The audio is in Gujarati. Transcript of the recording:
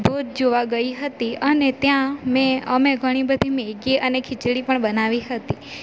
ધોધ જોવા ગઈ હતી અને ત્યાં મેં અમે ઘણી બધી મેગી અને ખીચડી પણ બનાવી હતી